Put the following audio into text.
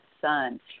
son